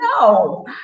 no